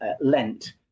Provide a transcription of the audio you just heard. lent